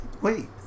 Wait